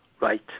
Right